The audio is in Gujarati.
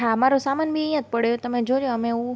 હા મારો સામાન બી અહીંયા જ પડ્યો છે તમે જો જો અમે હું